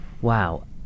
Wow